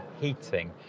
heating